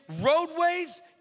roadways